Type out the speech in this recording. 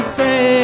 say